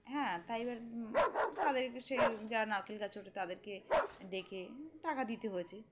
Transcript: হ্যাঁ তাই এবার তাদেরকে সেই যারা নারকেল গাছ ওটে তাদেরকে ডেকে টাকা দিতে হয়েছে